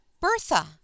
Bertha